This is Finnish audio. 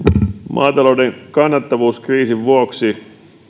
maatalouden kannattavuuskriisin vuoksi